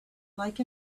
like